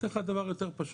כך הדבר יותר פשוט.